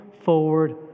forward